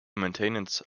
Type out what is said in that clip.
maintenance